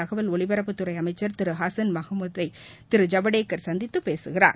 தகவல் ஒலிபரப்புத்துறை அமைச்சர் திரு ஹசன் மஹமுத்தை திரு ஜவடேகர் சந்தித்து பேசுகிறார்